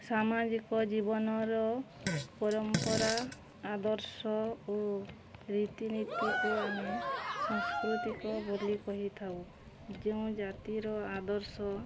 ସାମାଜିକ ଜୀବନର ପରମ୍ପରା ଆଦର୍ଶ ଓ ରୀତିନୀତିକୁ ଆମେ ସାଂସ୍କୃତିକ ବୋଲି କହିଥାଉ ଯେଉଁ ଜାତିର ଆଦର୍ଶ